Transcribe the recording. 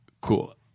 cool